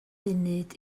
funud